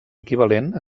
equivalent